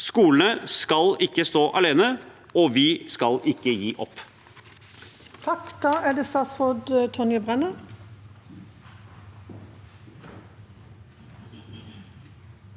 Skolene skal ikke stå alene, og vi skal ikke gi opp.